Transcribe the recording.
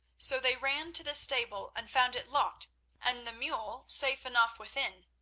so they ran to the stable and found it locked and the mule safe enough within.